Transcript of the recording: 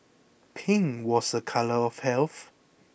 pink was a colour of health